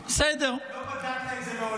אם הוא נעשה תחת הגדרות החוק.